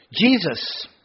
Jesus